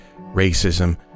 racism